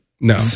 No